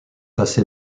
assez